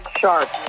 sharp